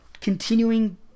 continuing